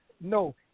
No